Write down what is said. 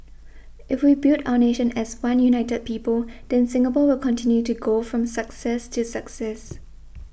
if we build our nation as one united people then Singapore will continue to go from success to success